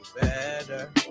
better